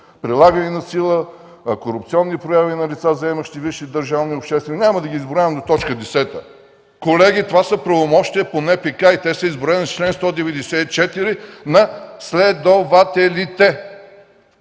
прилагане на сила, корупционни прояви на лица, заемащи висши държавни и обществени длъжности… Няма да ги изброявам до точка десета. Колеги, това са правомощия по НПК. Те са изброени в чл. 194 на следователите.